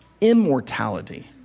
immortality